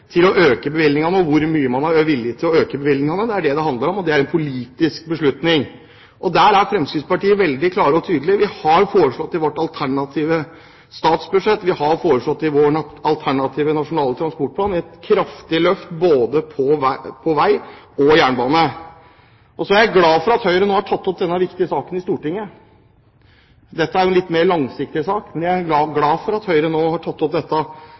til å øke bevilgningene, og om hvor mye man er villig til å øke bevilgningene. Det er det det handler om, og det er en politisk beslutning. Der er Fremskrittspartiet veldig klart og tydelig. I vårt alternative statsbudsjett og i vår alternative nasjonale transportplan har vi foreslått et kraftig løft både til vei og jernbane. Jeg er glad for at Høyre nå har tatt opp denne viktige saken i Stortinget. Dette er jo en litt mer langsiktig sak. Fremskrittspartiet fremmet et liknende forslag om omorganisering av Jernbaneverket i 2007, men den gang fikk det bare Fremskrittspartiets stemmer. At Høyre nå har